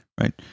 right